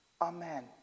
Amen